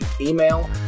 email